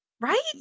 right